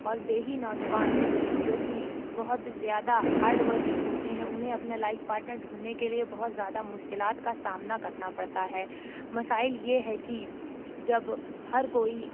اور دیہی نوجوان جوکہ بہت زیادہ ہاڈ ورکنگ ہوتے ہیں انہیں اپنا لائف پاٹنر ڈھونڈنے کے لیے بہت زیادہ مشکلات کا سامنا کرنا پڑتا ہے مسائل یہ ہے کہ جب ہر کوئی